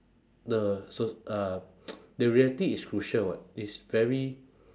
the s~ uh the reality is cruel [what] it's very